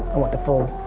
i want the full,